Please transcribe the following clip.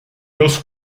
los